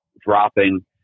dropping